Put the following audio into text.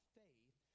faith